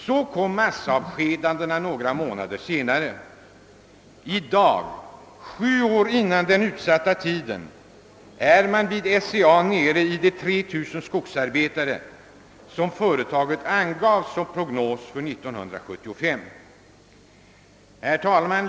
Så kom massavskedandena några månader senare, och i dag — sju år innan den utsatta tiden utgått — är man vid SCA nere i de 3 000 skogsarbetare som företaget angav i sin prognos för år 1975. Herr talman!